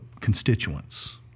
constituents